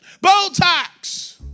Botox